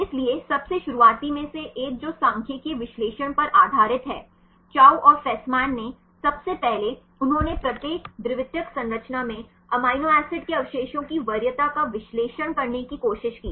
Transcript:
इसलिए सबसे शुरुआती में से एक जो सांख्यिकीय विश्लेषण पर आधारित है चाउ और फस्मान ने सबसे पहले उन्होंने प्रत्येक द्वितीयक संरचना में अमीनो एसिड के अवशेषों की वरीयता का विश्लेषण करने की कोशिश की